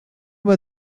were